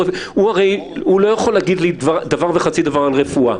הרי הוא לא יכול להגיד לי דבר וחצי דבר על רפואה.